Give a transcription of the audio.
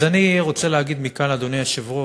אז אני רוצה לומר מכאן, אדוני היושב-ראש,